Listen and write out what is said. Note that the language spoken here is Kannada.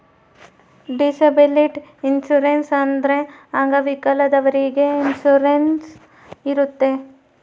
ಡಿಸಬಿಲಿಟಿ ಇನ್ಸೂರೆನ್ಸ್ ಅಂದ್ರೆ ಅಂಗವಿಕಲದವ್ರಿಗೆ ಇನ್ಸೂರೆನ್ಸ್ ಇರುತ್ತೆ